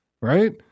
right